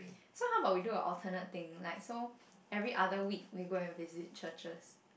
so how about we do an alternate thing like so every other week we go and visit churches